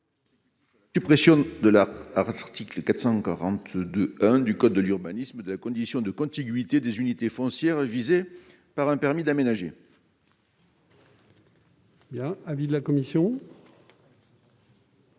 suppression, à l'article L. 442-1 du code de l'urbanisme, de la condition de contiguïté des unités foncières visées par un permis d'aménager. Quel est l'avis de la commission